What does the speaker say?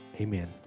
Amen